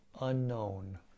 Unknown